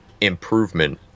improvement